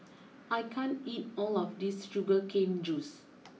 I can't eat all of this Sugar Cane juice